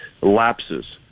lapses